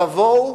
תבואו